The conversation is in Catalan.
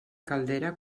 caldera